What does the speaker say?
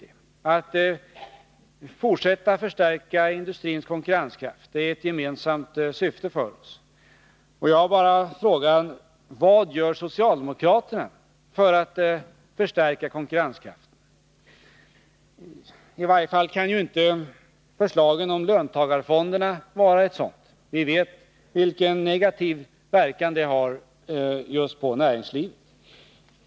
Vi måste fortsätta att förstärka industrins konkurrenskraft — det är ett gemensamt mål för oss. Jag bara frågar: Vad gör socialdemokraterna för att stärka konkurrenskraften? I varje fall kan ju inte förslaget om löntagarfonder verka i den riktningen. Vi vet vilken negativ verkan det har just på näringslivet.